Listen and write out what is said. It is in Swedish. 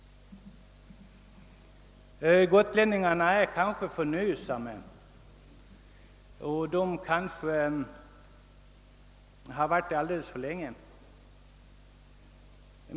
Gotlänningarna är måhända förnöjsamma och har kanske varit så alldeles för länge.